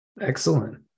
Excellent